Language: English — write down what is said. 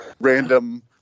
random –